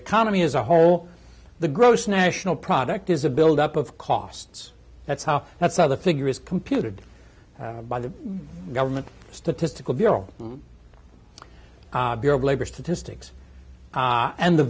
economy as a whole the gross national product is a build up of costs that's how that's how the figure is computed by the government statistical deal labor statistics and the